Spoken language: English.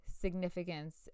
significance